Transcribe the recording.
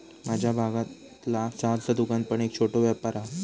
माझ्या भागतला चहाचा दुकान पण एक छोटो व्यापार हा